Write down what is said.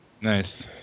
Nice